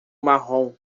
marrom